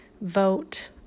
vote